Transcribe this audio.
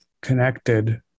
connected